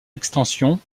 extensions